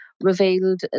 revealed